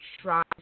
try